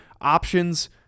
options